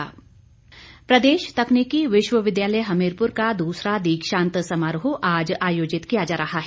राज्यपाल प्रदेश तकनीकी विश्वविद्यालय हमीरपुर का दूसरा दीक्षांत समारोह आज आयोजित किया जा रहा है